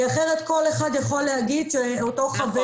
כי אחרת כל אחד יכול להגיד שאותו חבר